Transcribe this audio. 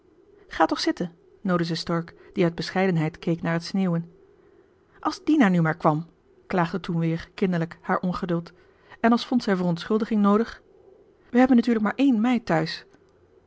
ga toch zitten noodde zij stork die uit bescheidenheid keek naar het sneeuwen als dina nu maar kwam klaagde toen weer kinderlijk haar ongeduld en als vond zij verontschuldiging noodig we hebben natuurlijk maar ééne meid thuis